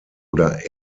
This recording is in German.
oder